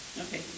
Okay